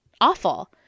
awful